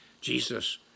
Jesus